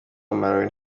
malawi